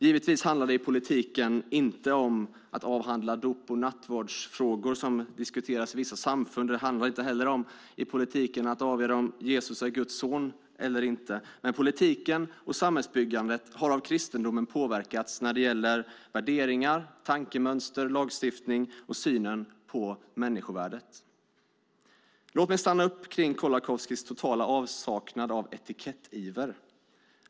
Givetvis handlar det i politiken inte om att avhandla dop och nattvardsfrågor, som diskuteras i vissa samfund. Det handlar inte heller i politiken om att avgöra om Jesus är Guds son eller inte. Men politiken och samhällsbyggandet har av kristendomen påverkats när det gäller värderingar, tankemönster, lagstiftning och synen på människovärdet. Låt mig stanna upp kring Kolakowskis totala avsaknad av etikett-iver.